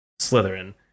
Slytherin